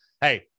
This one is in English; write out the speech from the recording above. hey